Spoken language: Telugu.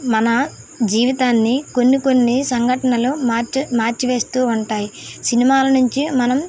మన జీవితాన్ని కొన్ని కొన్ని సంఘటనలో మార్చ మార్చి వేస్తూ ఉంటాయి సినిమాల నుంచి మనం